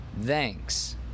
thanks